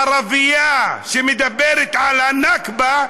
ערבייה שמדברת על הנכבה,